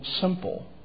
simple